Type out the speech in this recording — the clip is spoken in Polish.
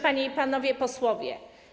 Panie i Panowie Posłowie!